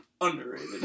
underrated